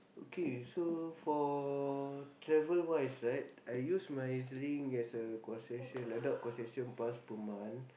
okay so for travel wise right I use my E_Z-Link as a concession adult concession pass per month